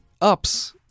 ups